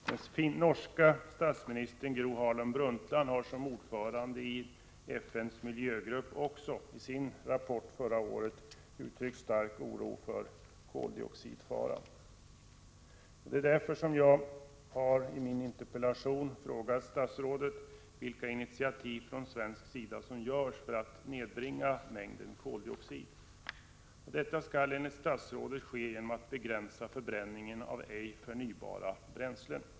Den norska statsministern Gro Harlem Brundtland har som ordförande i FN:s miljögrupp i sin rapport förra året uttryckt stark oro för koldioxidfaran. Det är därför jag i min interpellation har frågat statsrådet vilka initiativ som tas från svensk sida för att nedbringa mängden koldioxid. Detta skall enligt statsrådet ske genom att förbränning av ej förnybara bränslen begränsas.